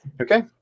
Okay